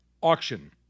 auction